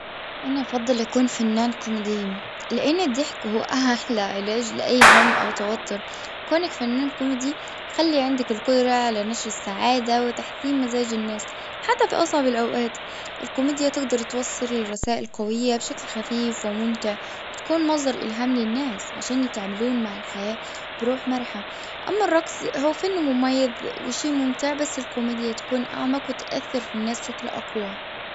أنا أفضل أني أكون فنان كوميديا. لأن الضحك هو أحلى علاج لأي هم أو توتر. كونك فنان كوميدي خلي عندك القدرة على نشر السعادة وتحسين مزاج الناس. حتى في أصعب الأوقات. الكوميديا تقدر توصل رسائل قوية بشكل خفيف وممتع. وتكون مصدر إلهام للناس عشان يتعاملون مع الحياة بروح مرحا. أما الرقص هو فن مميز وشيء ممتع بس الكوميديا تكون أعمق وتأثر في الناس بشكل أقوى.